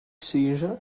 seizure